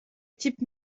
type